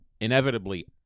Inevitably